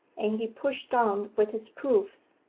and he pushed on with his proofs.